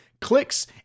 clicks